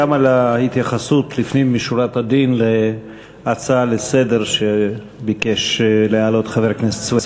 גם להתייחסות לפנים משורת הדין להצעה לסדר שהעלה חבר הכנסת סוייד.